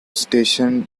station